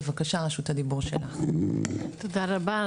תודה רבה.